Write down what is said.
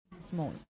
small